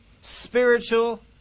spiritual